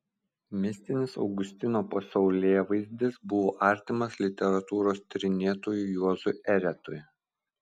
mistinis augustino pasaulėvaizdis buvo artimas literatūros tyrinėtojui juozui eretui